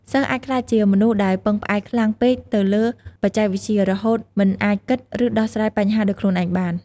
សិស្សអាចក្លាយជាមនុស្សដែលពឹងផ្អែកខ្លាំងពេកទៅលើបច្ចេកវិទ្យា រហូតមិនអាចគិត ឬដោះស្រាយបញ្ហាដោយខ្លួនឯងបាន។